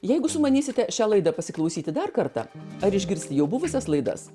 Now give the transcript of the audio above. jeigu sumanysite šią laidą pasiklausyti dar kartą ar išgirsti jau buvusias laidas